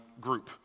group